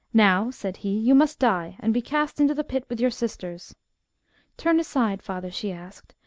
now said he, you must die, and be cast into the pit with your sisters turn aside, father she asked,